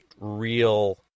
real